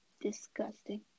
Disgusting